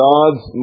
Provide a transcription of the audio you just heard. God's